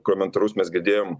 komentarus mes girdėjom